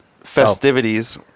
festivities